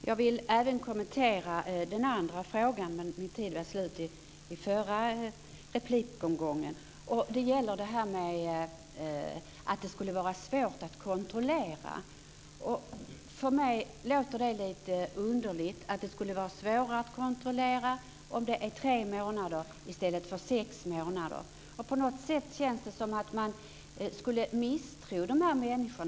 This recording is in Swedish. Fru talman! Jag ville även kommentera den andra frågan men min talartid tog slut i min förra replik. Det gäller frågan om att det skulle vara svårt att kontrollera. För mig är det lite underligt att det skulle vara svårare att kontrollera tre månader i stället för sex månader. På något sätt känns det som om att man skulle misstro dessa människor.